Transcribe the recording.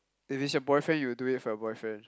if it's your boyfriend you will do it for your boyfriend